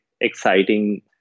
exciting